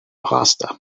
pasta